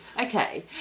okay